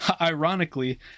Ironically